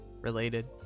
related